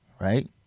right